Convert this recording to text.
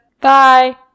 bye